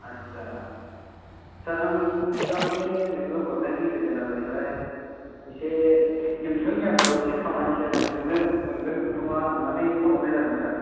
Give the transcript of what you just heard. आस्सा सार आं सार माने नोंनो हरनायनि रिजोना जाहैबाय एसे नोंथांनि आन्दाराव एसे खामानिसो नागिरनो मोनगोन खोमा साननानै फन हरनाय जादोंमोन सार